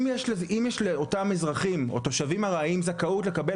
אם יש לאותם אזרחים או תושבים ארעיים זכאות לקבל